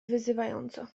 wyzywająco